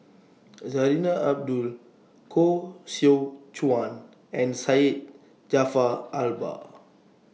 Zarinah Abdullah Koh Seow Chuan and Syed Jaafar Albar